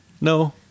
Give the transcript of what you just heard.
No